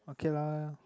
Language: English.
okay lah